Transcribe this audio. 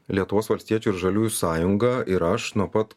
lietuvos valstiečių ir žaliųjų sąjunga ir aš nuo pat